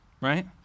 right